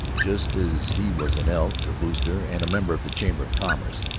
just as he was an elk, a booster, and a member of the chamber of commerce,